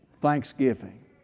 Thanksgiving